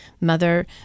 mother